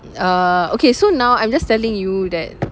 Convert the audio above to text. uh okay so now I'm just telling you that